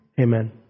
Amen